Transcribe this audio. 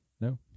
no